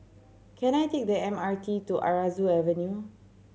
can I take the M R T to Aroozoo Avenue